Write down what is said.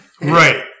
right